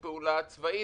להתייחסות.